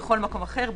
בכל מקום אחר,